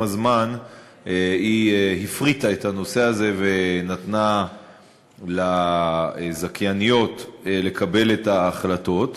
עם הזמן היא הפריטה את הנושא הזה ונתנה לזכייניות לקבל את ההחלטות.